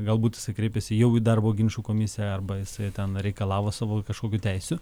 galbūt jisai kreipiasi jau į darbo ginčų komisiją arba jisai ten reikalavo savo kažkokių teisių